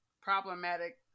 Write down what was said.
problematic